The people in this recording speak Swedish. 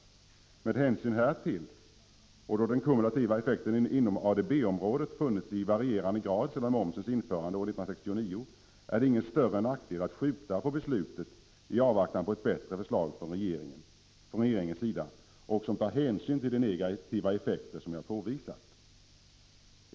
Med hänsyn härtill, och då den kumulativa effekten inom ADB-området har funnits i varierande grad sedan momsens införande år 1969, är det ingen större nackdel att skjuta på beslutet i avvaktan på ett bättre förslag från regeringens sida, som också tar hänsyn till de negativa effekter som jag har påvisat.